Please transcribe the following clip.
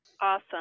Awesome